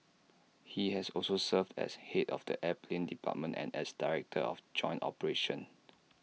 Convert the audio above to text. he has also served as Head of the air plan department and as director of joint operations